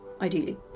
ideally